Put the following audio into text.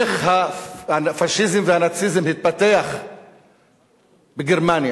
איך הפאשיזם והנאציזם התפתחו בגרמניה?